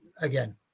again